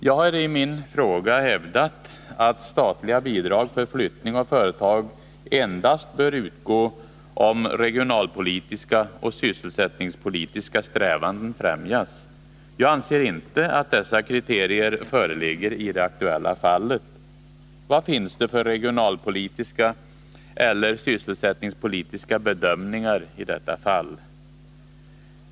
Jag har i min fråga hävdat att statliga bidrag för flyttning av företag endast bör utgå om regionalpolitiska och sysselsättningspolitiska strävanden främjas. Jag anser inte att dessa kriterier föreligger i det aktuella fallet. Vad finns det för regionalpolitiska eller sysselsättningspolitiska bedömningar i detta fall?